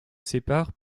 sépare